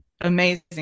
amazing